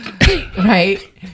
right